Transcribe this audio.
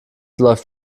läuft